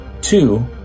Two